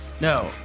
No